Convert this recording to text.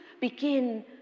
begin